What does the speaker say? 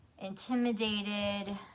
intimidated